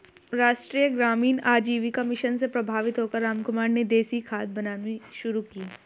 राष्ट्रीय ग्रामीण आजीविका मिशन से प्रभावित होकर रामकुमार ने देसी खाद बनानी शुरू की